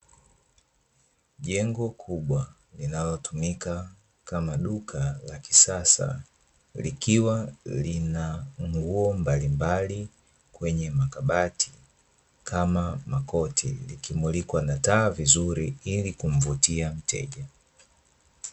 Jengo kubwa linalotumika kama duka la kisasa likiwa lina nguo mbalimbali kwenye makabati kama makoti, likimulikwa na taa vizuri ili kumvutia mteja.